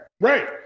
right